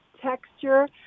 texture